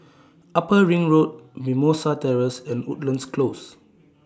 Upper Ring Road Mimosa Terrace and Woodlands Close